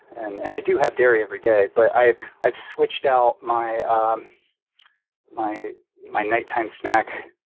and and i do have dairy every day, but i've i've switched out my um my my nighttime snack,